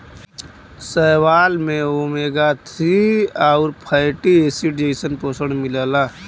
शैवाल में omega three आउर फैटी एसिड जइसन पोषण मिलला